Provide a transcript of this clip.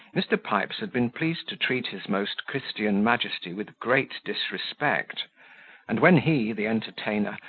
mr. pipes had been pleased to treat his most christian majesty with great disrespect and when he, the entertainer,